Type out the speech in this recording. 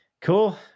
cool